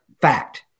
fact